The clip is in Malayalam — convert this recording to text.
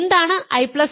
എന്താണ് IJ